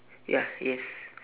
ya yes